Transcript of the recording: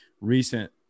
recent –